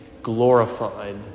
glorified